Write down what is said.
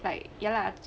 like ya lah